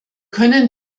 können